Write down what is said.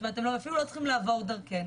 אתם אפילו לא צריכים לעבור דרכנו.